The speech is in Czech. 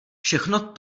všechno